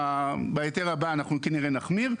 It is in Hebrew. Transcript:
בהיתר הבא אנחנו כנראה נחמיר.